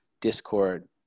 discord